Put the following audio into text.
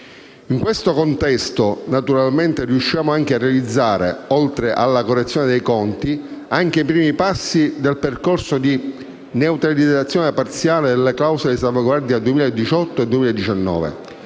In questo contesto riusciamo a realizzare, oltre alla correzione dei conti, anche i primi passi del percorso di neutralizzazione parziale delle clausole di salvaguardia per il 2018 e 2019.